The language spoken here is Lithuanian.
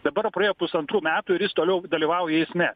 dabar jau praėjo pusantrų metų ir jis toliau dalyvauja eisme